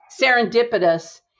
serendipitous